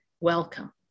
Welcome